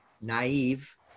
naive